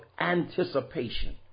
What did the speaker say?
anticipation